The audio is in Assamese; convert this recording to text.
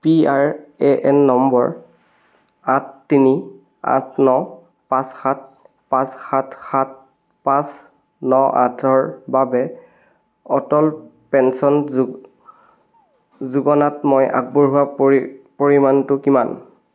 P R A N number আঠ তিনি আঠ ন পাঁচ সাত পাঁচ সাত সাত পাঁচ ন আঠৰ বাবে অটল পেঞ্চন যোগ যোগনাত মই আগবঢ়োৱা পৰি পৰিমাণটো কিমান